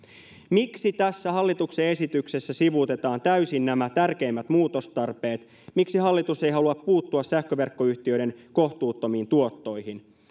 miksi tässä hallituksen esityksessä sivuutetaan täysin nämä tärkeimmät muutostarpeet miksi hallitus ei halua puuttua sähköverkkoyhtiöiden kohtuuttomiin tuottoihin